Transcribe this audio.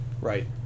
right